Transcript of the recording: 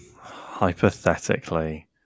Hypothetically